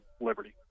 Liberty